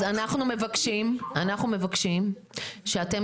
אנחנו מבקשים שאתם